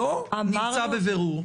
"לא"או "נמצא בבירור"?